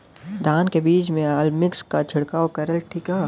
धान के बिज में अलमिक्स क छिड़काव करल ठीक ह?